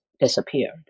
disappeared